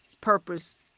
purpose